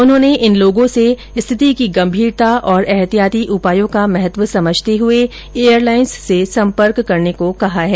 उन्होंने इन लोगों से स्थिति की गंभीरता और ऐहतियाती उपायों का महत्व समझते हुए एयर लाइंस से सम्पर्क करने को कहा है